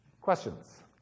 Questions